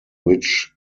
which